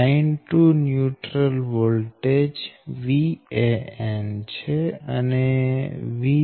line થી neutral voltage VAnછે